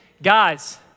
Guys